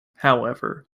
however